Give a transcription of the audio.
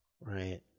Right